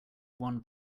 one